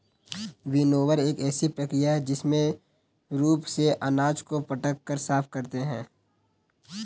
winnower एक ऐसी प्रक्रिया है जिसमें रूप से अनाज को पटक कर साफ करते हैं